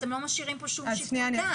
אתם לא משאירים כאן שום שיקול דעת.